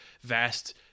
vast